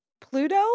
pluto